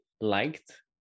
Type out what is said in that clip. liked